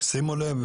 שימו לב,